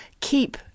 keep